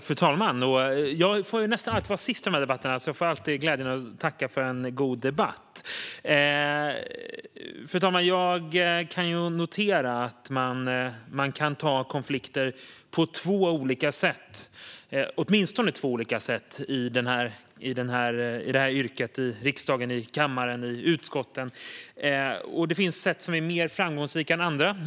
Fru talman! Jag får nästan alltid vara sist i de här debatterna och får därför glädjen att tacka för en god debatt. Fru talman! Jag kan notera att man kan ta konflikter på åtminstone två olika sätt i det här yrket, i riksdagen, i kammaren och i utskotten. Det finns sätt som är mer framgångsrika än andra.